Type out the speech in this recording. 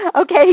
Okay